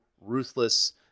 ruthless